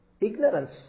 ignorance